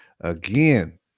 Again